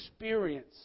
experience